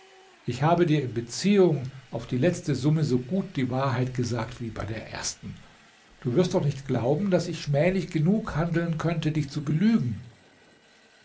ich habe dir in beziehung auf die letzte summe so gut die wahrheit gesagt wie bei der ersten du wirst doch nicht glauben daß ich schmählich genug handeln könnte dich zu belügen